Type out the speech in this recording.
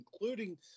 including